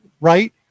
right